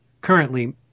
currently